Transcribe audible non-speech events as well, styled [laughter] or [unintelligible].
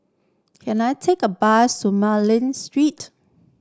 can I take a bus to [unintelligible] Street